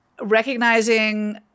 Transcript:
recognizing